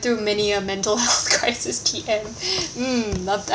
do many uh mental health crisis P_M mm